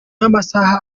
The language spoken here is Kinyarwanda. y’amasaha